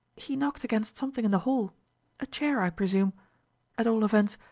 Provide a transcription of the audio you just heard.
he knocked against something in the hall a chair, i presume at all events,